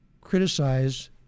criticize